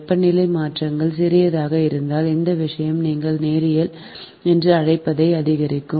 வெப்பநிலை மாற்றங்கள் சிறியதாக இருந்தால் இந்த விஷயம் நீங்கள் நேரியல் என்று அழைப்பதை அதிகரிக்கும்